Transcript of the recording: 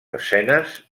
escenes